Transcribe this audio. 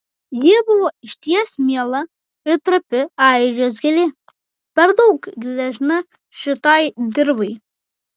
ji buvo išties miela ir trapi airijos gėlė per daug gležna šitai dirvai